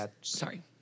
Sorry